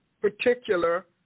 particular